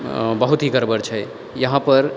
बहुत ही गड़बड़ छै यहाँपर